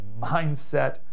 mindset